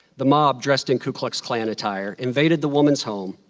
the mob, dressed in ku klux klan attire, invaded the woman's home,